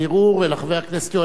חבר הכנסת יואל חסון